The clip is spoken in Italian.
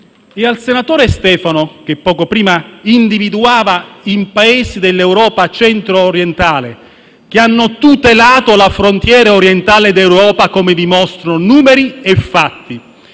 Il senatore Stefano, che poco prima nominava alcuni Paesi dell'Europa centro-orientale che hanno tutelato la frontiera orientale d'Europa, come dimostrano numeri e fatti,